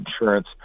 insurance